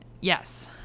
yes